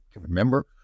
remember